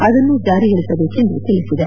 ಅದನ್ನು ಜಾರಿಗೊಳಿಸಬೇಕೆಂದು ತಿಳಿಸಿದೆ